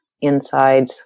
inside